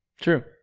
True